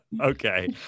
Okay